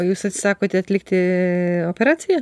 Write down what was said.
o jūs atsakote atlikti operaciją